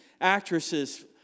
actresses